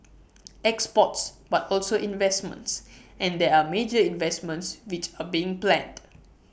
exports but also investments and there are major investments which are being planned